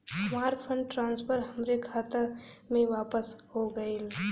हमार fund transfer हमरे खाता मे वापस हो गईल